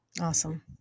Awesome